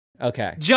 okay